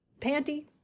Panty